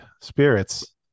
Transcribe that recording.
spirits